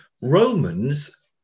Romans